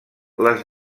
les